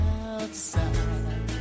outside